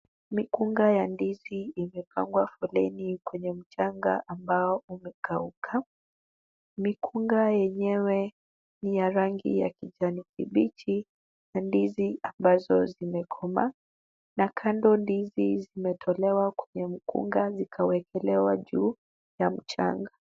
Mikunga ya ndizi imepangwa foleni kwenye mchanga ambao umekauka. Mikunga yenyewe ni ya rangi ya kijani kibichi na ndizi ambazo zimekomaa, na kando ndizi zimetolewa kwenye mkunga zikawekelewa juu ya mchanga.